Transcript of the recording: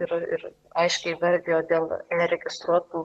ir ir aiškiai įvardijo dėl neregistruotų